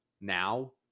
now